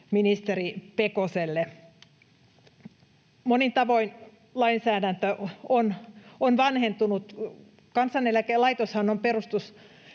vastuuministeri Pekoselle. Monin tavoin lainsäädäntö on vanhentunut. Kansaneläkelaitoshan on perustuslain